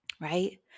Right